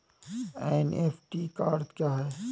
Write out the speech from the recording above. NEFT का अर्थ क्या है?